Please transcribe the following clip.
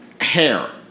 hair